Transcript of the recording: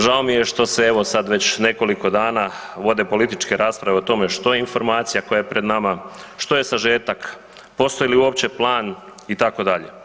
Žao mi je što se evo, sad već nekoliko dana vode političke rasprave o tome što je Informacija koja je pred nama, što se sažetak, postoji li uopće Plan, itd.